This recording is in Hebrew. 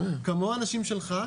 כמו האנשים שלך,